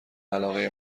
علاقه